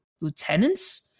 lieutenants